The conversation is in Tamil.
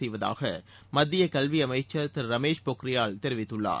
செய்வதாக மத்திய கல்வி அமைச்சர் திரு ரமேஷ் பொக்ரியால் தெரிவித்துள்ளார்